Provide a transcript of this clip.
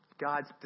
God's